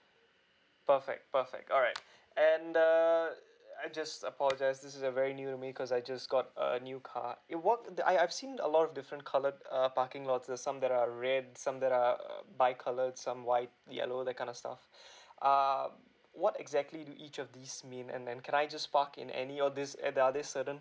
perfect perfect alright and err I just apologise this is very new to me cause I just got a new car it work I I've seen a lot of different coloured uh parking lot so some that are red some that err bi coloured some white yellow that kind of stuff um what exactly do each of these mean and then can I just park in any of this at are there certain